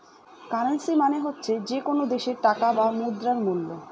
currency মানে হচ্ছে যে কোনো দেশের টাকা বা মুদ্রার মুল্য